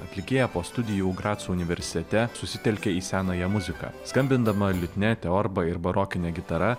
atlikėja po studijų graco universitete susitelkė į senąją muziką skambindama liutnia teorba ir barokine gitara